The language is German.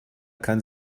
kann